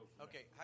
Okay